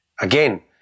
Again